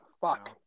fuck